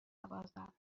بنوازم